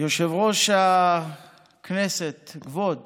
יושב-ראש הכנסת, כבוד